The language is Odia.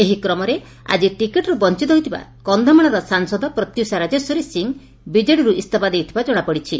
ଏହି କ୍ରମରେ ଆକି ଟିକେଟ୍ରୁ ବଞ୍ଚତ ହୋଇଥିବା କକ୍ଷମାଳର ସାଂସଦ ପ୍ରତ୍ୟୁଷା ରାଜେଶ୍ୱରୀ ସିଂ ବିଜେଡ଼ିରୁ ଇସ୍ତଫା ଦେଇଥିବା ଜଣାପଡ଼ିଛି